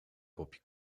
kopje